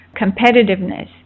competitiveness